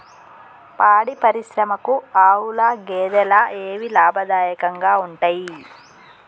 పాడి పరిశ్రమకు ఆవుల, గేదెల ఏవి లాభదాయకంగా ఉంటయ్?